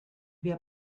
wir